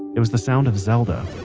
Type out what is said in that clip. it was the sound of zelda,